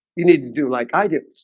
you need to do like i do.